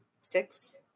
six